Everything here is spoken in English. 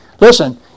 listen